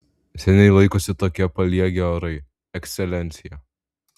seniai laikosi tokie paliegę orai ekscelencija